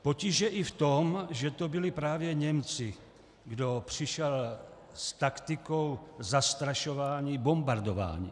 Potíž je i v tom, že to byli právě Němci, kdo přišel s taktikou zastrašování bombardováním.